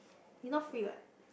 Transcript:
he not free what